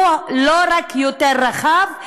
הוא לא רק יותר רחב,